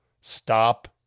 Stop